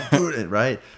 right